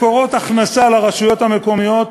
מקורות הכנסה לרשויות המקומיות,